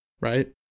right